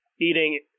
eating